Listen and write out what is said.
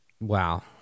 Wow